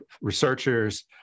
researchers